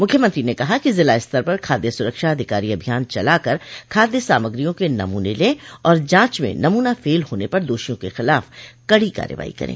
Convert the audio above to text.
मूख्यमंत्री ने कहा कि जिला स्तर पर खाद्य सुरक्षा अधिकारी अभियान चलाकर खाद्य सामग्रियों के नमूने ले और जांच में नम्ना फेल होने पर दोषियों के खिलाफ कड़ी कार्रवाई करे